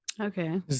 Okay